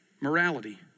morality